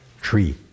Tree